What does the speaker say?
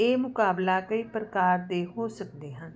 ਇਹ ਮੁਕਾਬਲਾ ਕਈ ਪ੍ਰਕਾਰ ਦੇ ਹੋ ਸਕਦੇ ਹਨ